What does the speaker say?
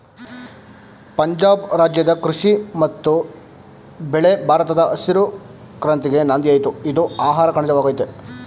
ಪಂಜಾಬ್ ರಾಜ್ಯದ ಕೃಷಿ ಮತ್ತು ಬೆಳೆ ಭಾರತದ ಹಸಿರು ಕ್ರಾಂತಿಗೆ ನಾಂದಿಯಾಯ್ತು ಇದು ಆಹಾರಕಣಜ ವಾಗಯ್ತೆ